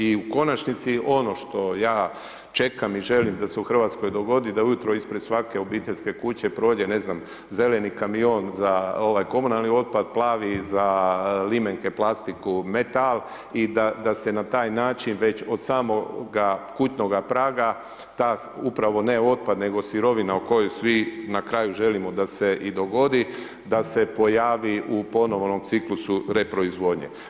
I u konačnici, ono što ja čekam i želim da se u Hrvatskoj dogodi da ujutro ispred svake obiteljske kuće prođe, ne znam, zeleni kamion za ovaj komunalni otpad, plavi za limenke, plastiku, metal i da se na taj način već od samoga kućnoga praga ta upravo ne otpad, nego sirovina o kojoj svi na kraju želimo da se i dogodi, da se pojavi u ponovnom ciklusu reproizvodnje.